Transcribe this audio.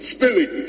Spilling